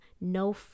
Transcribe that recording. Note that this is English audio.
no